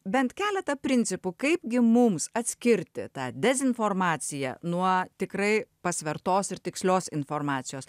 bent keletą principų kaip gi mums atskirti tą dezinformaciją nuo tikrai pasvertos ir tikslios informacijos